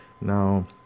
Now